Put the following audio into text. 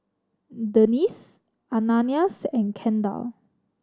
Dennis Ananias and Kendall